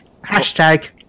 Hashtag